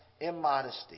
immodesty